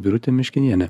birutė miškinienė